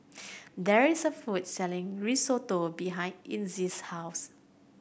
there is a food selling Risotto behind Inez's house